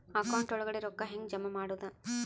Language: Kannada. ಅಕೌಂಟ್ ಒಳಗಡೆ ರೊಕ್ಕ ಹೆಂಗ್ ಜಮಾ ಮಾಡುದು?